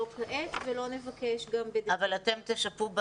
לא כעת ולא נבקש גם --- אתם תשפו?